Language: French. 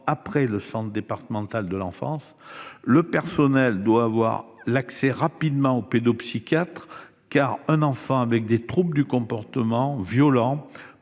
après le centre départemental de l'enfance, le personnel doit avoir rapidement accès aux pédopsychiatres, car un enfant avec des troubles du comportement ou violent